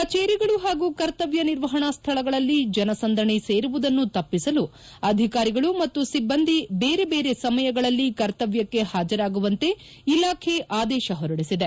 ಕಚೇರಿಗಳು ಹಾಗೂ ಕರ್ತವ್ಯ ನಿರ್ವಹಣಾ ಸ್ವಳಗಳಲ್ಲಿ ಜನಸಂದಣಿ ಸೇರುವುದನ್ನು ತಪ್ಪಿಸಲು ಅಧಿಕಾರಿಗಳು ಮತ್ತು ಸಿಬ್ಬಂದಿ ಬೇರೆ ಬೇರೆ ಸಮಯಗಳಲ್ಲಿ ಕರ್ತವ್ಯಕ್ಕೆ ಹಾಜರಾಗುವಂತೆ ಇಲಾಖೆ ಆದೇಶ ಹೊರಡಿಸಿದೆ